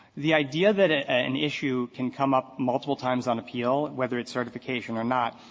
the idea that a an issue can come up multiple times on appeal, whether it's certification or not,